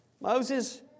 Moses